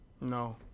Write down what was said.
no